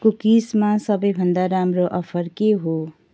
कुकिजमा सबैभन्दा राम्रो अफर के हो